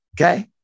Okay